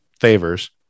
favors